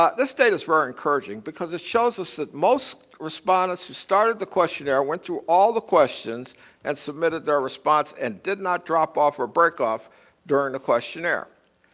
this data is very encouraging because it shows us that most respondents who've started the questionnaire went to all the questions and submitted their response and did not drop off or break off during the questionnaire.